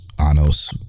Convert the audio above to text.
Anos